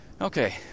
Okay